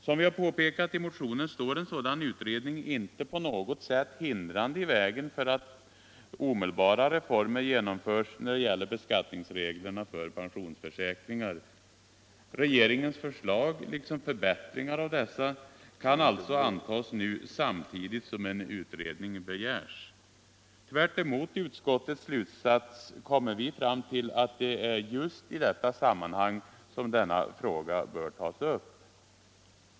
Som vi påpekat i motionen står en sådan utredning inte på något sätt hindrande i vägen för att omedelbara reformer genomförs när det gäller beskattningsreglerna för pensionsförsäkringar. Regeringens förslag liksom förbättringar av dessa kan alltså antas nu, samtidigt som en utredning begärs. Tvärtemot utskottets slutsats kommer vi fram till att det är just i detta sammanhang som denna fråga bör tas upp.